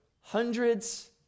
hundreds